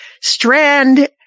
Strand